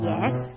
Yes